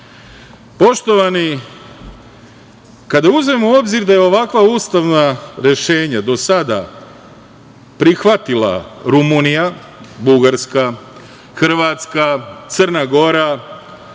Albanija. Poštovani, kada uzmemo u obzir da je ovakva ustavna rešenja do sada prihvatila Rumunija, Bugarska, Hrvatska, Crna Gora